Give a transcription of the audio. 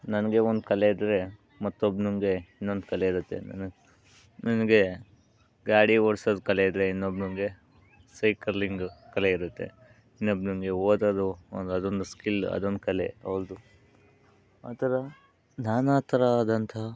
ನನಗೆ ಒಂದು ಕಲೆ ಇದ್ದರೆ ಮತ್ತೊಬ್ಬನಿಗೆ ಇನ್ನೊಂದು ಕಲೆ ಇರುತ್ತೆ ನನಗೆ ನನಗೆ ಗಾಡಿ ಓಡ್ಸೋದು ಕಲೆ ಇದ್ದರೆ ಇನ್ನೊಬ್ಬನಿಗೆ ಸೈಕಲಿಂಗ್ ಕಲೆ ಇರುತ್ತೆ ಇನ್ನೊಬ್ಬನಿಗೆ ಓದೋದು ಒಂದು ಅದೊಂದು ಸ್ಕಿಲ್ ಅದೊಂದು ಕಲೆ ಒಂದು ಆ ಥರ ನಾನಾ ಥರವಾದಂಥ